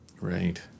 Right